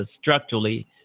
structurally